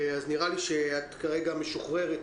נראה לי שאת כרגע משוחררת.